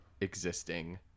existing